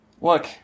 Look